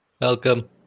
welcome